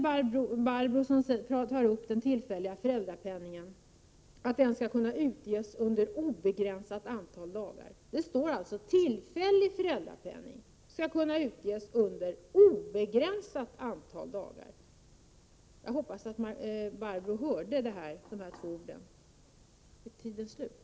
Barbro Sandberg säger att den tillfälliga föräldrapenningen skall kunna utges under ett obegränsat antal dagar. Jag hoppas att Barbro Sandberg noterade dessa ord.